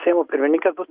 seimo pirmininkas bus